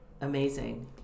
amazing